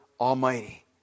Almighty